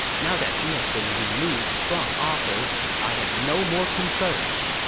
now that he has been removed from office, i have no more concerns!